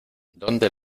dónde